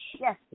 Yes